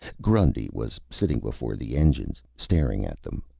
grundy was sitting before the engines, staring at them.